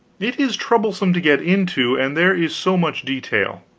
it is troublesome to get into, and there is so much detail.